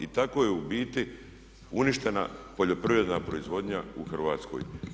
Tako je u biti uništena poljoprivredna proizvodnja u Hrvatskoj.